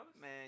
Man